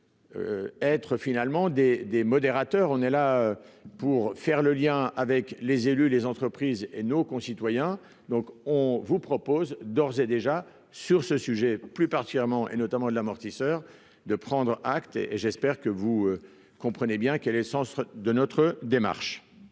être finalement des des modérateurs, on est là pour faire le lien avec les élus, les entreprises et nos concitoyens, donc on vous propose d'ores et déjà sur ce sujet, plus particulièrement, et notamment de l'amortisseur de prendre acte et j'espère que vous comprenez bien que l'essence de notre démarche.